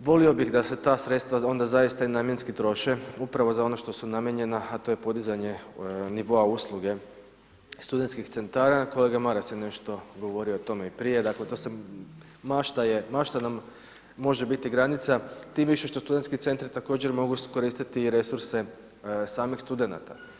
volio bi da se ta sredstva onda i zaista i namjenski troše upravo za ono što su namijenjena a to je podizanje nivoa usluge studentskih centara, kolega Maras je nešto govorio o tome i prije, dakle mašta nam može biti granica, tim više što studentski centri također mogu koristiti i resurse samih studenata.